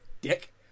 Dick